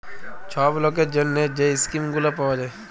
ছব লকের জ্যনহে যে ইস্কিম গুলা পাউয়া যায়